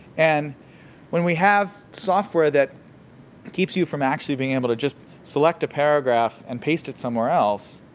and when we have software that keeps you from actually being able to just select a paragraph and paste it somewhere else,